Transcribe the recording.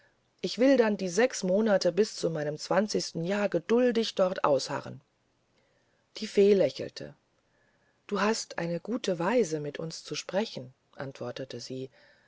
ich will dann die sechs monate bis zu meinem zwanzigsten jahr geduldig dort ausharren die fee lächelte du hast eine gute weise mit uns zu sprechen antwortete sie